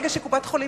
ברגע שקופות-חולים,